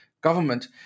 government